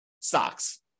stocks